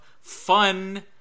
fun